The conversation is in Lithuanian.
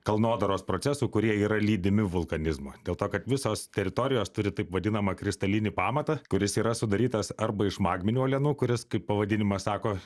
kalnodaros procesų kurie yra lydimi vulkanizmo dėl to kad visos teritorijos turi taip vadinamą kristalinį pamatą kuris yra sudarytas arba iš magminių uolienų kuris kaip pavadinimas sako